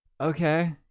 Okay